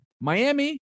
Miami